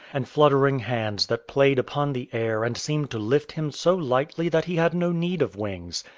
and fluttering hands that played upon the air and seemed to lift him so lightly that he had no need of wings.